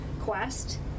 quest